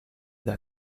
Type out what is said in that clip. that